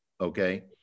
Okay